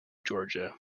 georgia